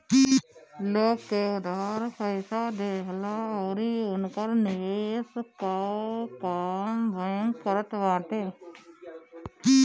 लोग के उधार पईसा देहला अउरी उनकर निवेश कअ काम बैंक करत बाटे